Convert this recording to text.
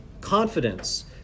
Confidence